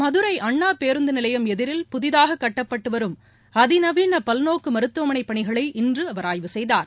மதுரை அண்ணா பேருந்து நிலையம் எதிரில் புதிதாக கட்டப்பட்டுவரும் அதிநவீன பல்நோக்கு மருத்துவமனை பணிகளை இன்று அவர் ஆய்வு செய்தார்